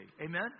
Amen